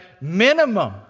minimum